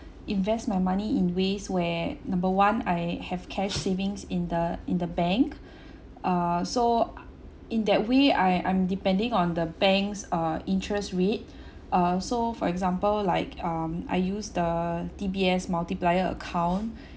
invest my money in ways where number one I have cash savings in the in the bank uh so uh in that way I I'm depending on the banks uh interest rate uh so for example like um I use the D_B_S multiplier account